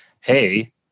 hey